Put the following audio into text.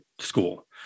school